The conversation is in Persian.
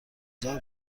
گذار